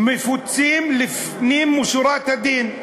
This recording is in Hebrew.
מפוצים לפנים משורת הדין.